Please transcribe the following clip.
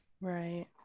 Right